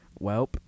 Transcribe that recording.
Welp